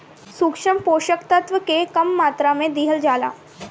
सूक्ष्म पोषक तत्व के कम मात्रा में दिहल जाला